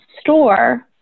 store